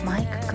Mike